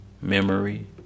memory